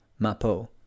Mapo